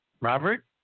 Robert